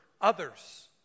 others